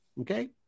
okay